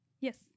Yes